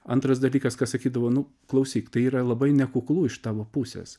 antras dalykas kad sakydavo nu klausyk tai yra labai nekuklu iš tavo pusės